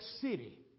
City